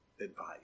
advice